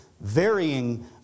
varying